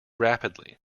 rapidly